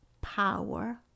power